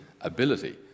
ability